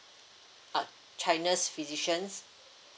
ah china's physicians